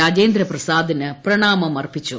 രാജേന്ദ്രപ്രസാദിന് പ്രണാമമർപ്പിച്ചു